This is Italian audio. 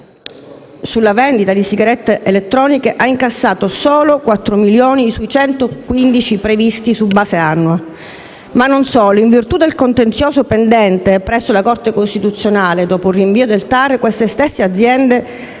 aziende, lo Stato, sulla vendita di sigarette elettroniche, ha incassato solo 4 milioni sui 115 previsti su base annua. Non solo. In virtù del contenzioso pendente presso la Corte costituzionale dopo un rinvio del TAR, queste stesse aziende